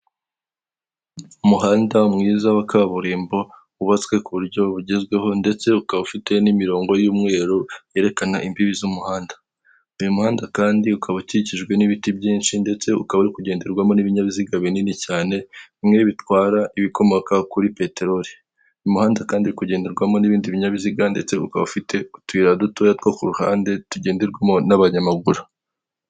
Umuhanda mwiza wa kaburimbo wubatswe ku buryo bugezweho ndetse ukaba ufite n'imirongo y'umweru yerekana imbibi z'umuhanda, uyu muhanda kandi ukaba ukikijwe n'ibiti byinshi ndetse ukaba uri kugenderwamo n'ibinyabiziga binini cyane bimwe bitwara ibikomoka kuri peteroli, umuhanda kandi urikugenderwamo n'ibindi binyabiziga ndetse ukaba ufite utuyira dutoya two ku ruhande tugenderwamo n'abanyamaguru.